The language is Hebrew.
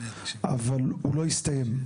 אבל הוא לא הסתיים.